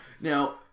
Now